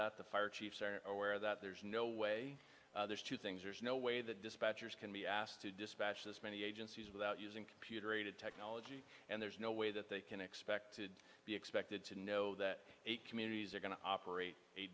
that the fire chiefs are aware that there's no way there's two things there's no way that dispatchers can be asked to dispatch as many agencies without using computer aided technology and there's no way that they can expect to be expected to know that eight communities are going to operate a